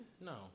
No